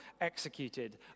executed